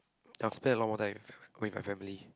I'll spend a lot more time with my family